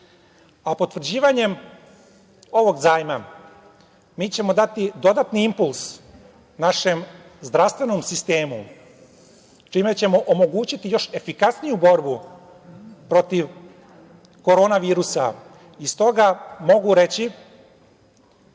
nas. Potvrđivanjem ovog zajma, mi ćemo dati dodatni impuls našem zdravstvenom sistemu, čime ćemo omogućiti još efikasniju borbu protiv korona virusa. S toga mogu reći